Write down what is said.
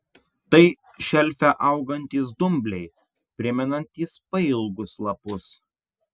tai šelfe augantys dumbliai primenantys pailgus lapus